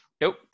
Nope